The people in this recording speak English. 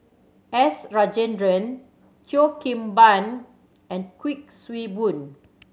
S Rajendran Cheo Kim Ban and Kuik Swee Boon